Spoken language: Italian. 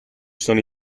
sono